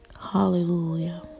Hallelujah